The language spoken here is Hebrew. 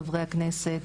חברי הכנסת,